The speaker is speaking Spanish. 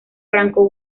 franco